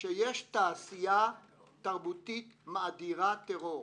שיש תעשייה תרבותית מאדירת טרור.